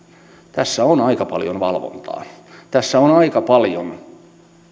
tässä on aika paljon valvontaa tässä on sitä aika paljon